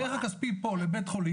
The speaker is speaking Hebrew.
הערך הכספי פה בבית חולים,